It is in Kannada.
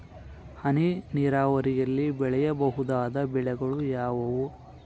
ಹನಿ ನೇರಾವರಿಯಲ್ಲಿ ಬೆಳೆಯಬಹುದಾದ ಬೆಳೆಗಳು ಯಾವುವು?